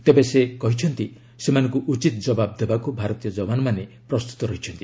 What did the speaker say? ତେବେ ସେ କହିଛନ୍ତି ସେମାନଙ୍କୁ ଉଚିତ୍ ଜବାବ ଦେବାକୁ ଭାରତୀୟ ଯବାନମାନେ ପ୍ରସ୍ତୁତ ରହିଛନ୍ତି